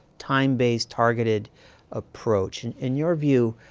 time-based, targeted approach? and in your view,